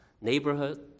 neighborhood